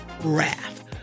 wrath